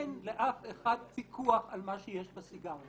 אין לאף אחד פיקוח על מה שיש בסיגריות.